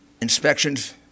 Inspections